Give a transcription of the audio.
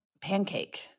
pancake